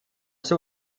zur